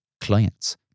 clients